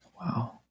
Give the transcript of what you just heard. Wow